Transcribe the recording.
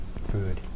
Food